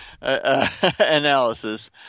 analysis